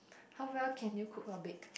how well can you cook or bake